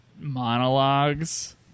monologues